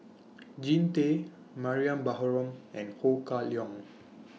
Jean Tay Mariam Baharom and Ho Kah Leong